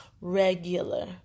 regular